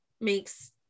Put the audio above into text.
makes